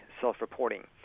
self-reporting